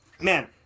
man